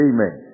Amen